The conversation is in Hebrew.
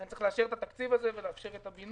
לכן צריך לאפשר את התקציב הזה ולאפשר את הבינוי.